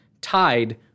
tied